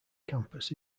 campus